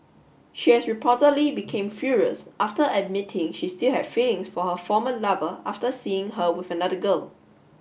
she has reportedly became furious after admitting she still had feelings for her former lover after seeing her with another girl